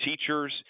teachers